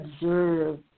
observe